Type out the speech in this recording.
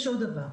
יש עוד דבר,